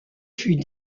fut